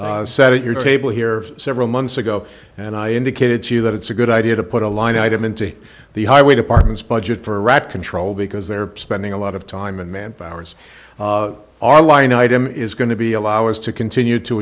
you said it your table here several months ago and i indicated to you that it's a good idea to put a line item in to the highway department's budget for right control because they're spending a lot of time and manpower's our line item is going to be allow us to continue to